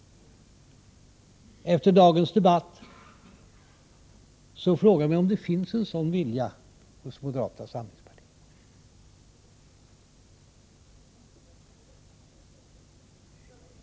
Efter dagens debatt frågar jag mig om det finns en sådan vilja hos moderata samlingspartiet.